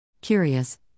Curious